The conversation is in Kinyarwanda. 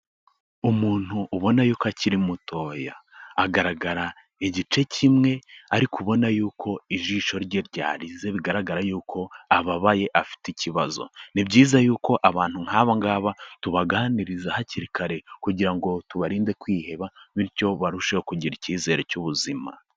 Umuntu ubona y'uko akiri mutoya. Agaragara igice kimwe ariko ubona y'uko ijisho rye ryarize bigaragara y'uko ababaye, afite ikibazo. Ni byiza y'uko abantu nk'abo ngaba tubaganiriza hakiri kare kugira ngo tubarinde kwiheba bityo barusheho kugira icyizere cy'ubuzima.